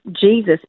Jesus